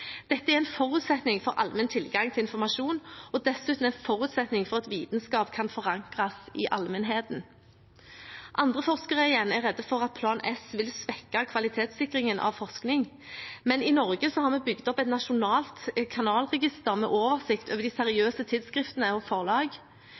Dette er en forutsetning for allmenn tilgang til informasjon og dessuten en forutsetning for at vitenskap kan forankres i allmennheten. Andre forskere er redd for at Plan S vil svekke kvalitetssikringen av forskning, men i Norge har vi bygget opp et nasjonalt kanalregister med oversikt over